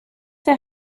der